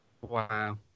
Wow